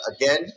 again